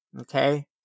Okay